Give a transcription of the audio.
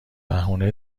بهونه